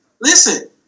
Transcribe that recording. Listen